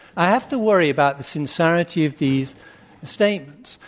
i have to worry about the sincerity of these statements.